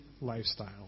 lifestyle